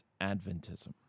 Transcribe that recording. Adventism